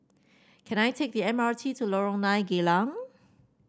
can I take the M R T to Lorong Nine Geylang